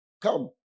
Come